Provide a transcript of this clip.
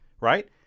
Right